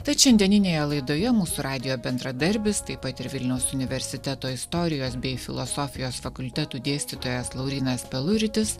tad šiandieninėje laidoje mūsų radijo bendradarbis taip pat ir vilniaus universiteto istorijos bei filosofijos fakultetų dėstytojas laurynas peluritis